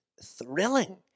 thrilling